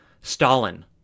Stalin